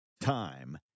time